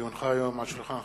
כי הונחו היום על שולחן הכנסת,